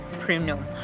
premium